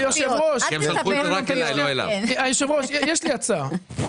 --- היושב-ראש, יש לי הצעה.